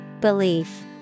Belief